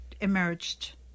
emerged